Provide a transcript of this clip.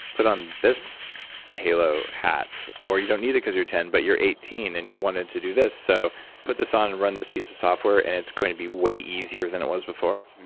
put on this halo hat. or, you don't need it because you're ten, but you're eighteen, and you wanted to do this. so put this on, and run this piece of software, and it's going to be way easier than it was before.